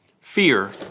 Fear